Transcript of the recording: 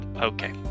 Okay